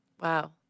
wow